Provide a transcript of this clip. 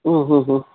മ് മ് മ്